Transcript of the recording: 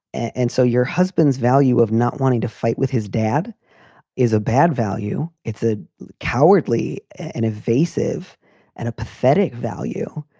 and so your husband's value of not wanting to fight with his dad is a bad value. it's a cowardly and evasive and a pathetic value.